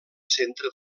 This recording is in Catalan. centre